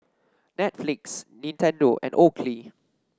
Netflix Nintendo and Oakley